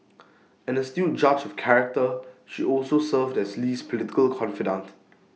an astute judge of character she also served as Lee's political confidante